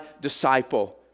disciple